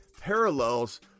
parallels